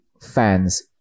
fans